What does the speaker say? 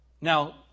Now